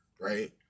right